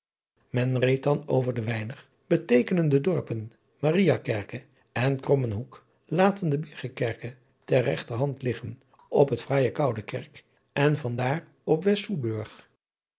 en reed dan over de weinig beteekenende dorpen ariakerke en rommenhoek latende iggenkerke ter regterhand liggen op het fraaije oudekerk en van daar op